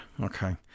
Okay